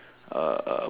uh uh